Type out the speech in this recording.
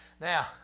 Now